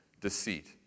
deceit